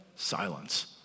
Silence